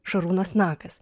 šarūnas nakas